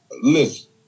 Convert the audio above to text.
Listen